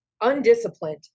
undisciplined